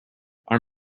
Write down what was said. our